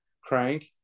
crank